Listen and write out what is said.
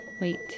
Wait